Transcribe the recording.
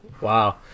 Wow